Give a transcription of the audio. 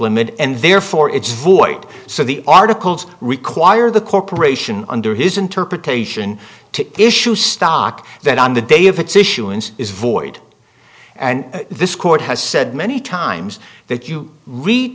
limit and therefore it's void so the articles require the corporation under his interpretation to issue stock that on the day of its issuance is void and this court has said many times that you read